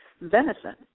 venison